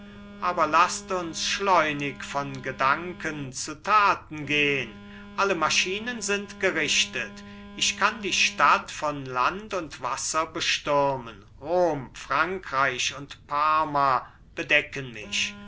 aber laßt uns schleunig von gedanken zu taten gehn alle maschinen sind gerichtet ich kann die stadt von land und wasser bestürmen rom frankreich und parma bedecken mich